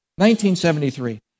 1973